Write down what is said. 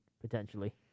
potentially